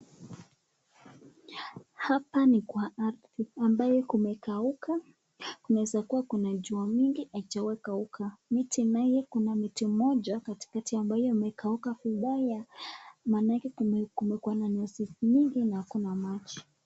Hapa ni kwa ardhi ambayo kumekauka. Kunaeza kua kuna jua mingi haijawai kauka. Miti naye, kuna miti moja katikati, ambayo imekauka vibaya maanake kumekua na nyasi mingi na hakuna maji.